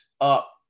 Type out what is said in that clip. up